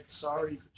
sorry